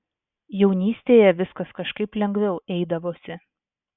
jaunystėje viskas kažkaip lengviau eidavosi